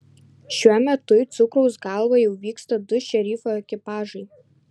šiuo metu į cukraus galvą jau vyksta du šerifo ekipažai